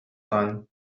kann